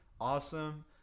Awesome